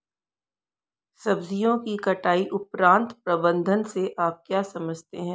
सब्जियों की कटाई उपरांत प्रबंधन से आप क्या समझते हैं?